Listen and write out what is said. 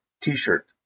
t-shirt